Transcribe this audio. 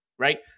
Right